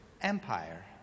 Empire